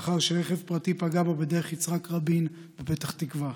לאחר שרכב פרטי פגע בו בדרך יצחק רבין בפתח תקווה.